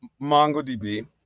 MongoDB